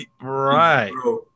Right